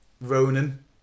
Ronan